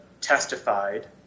testified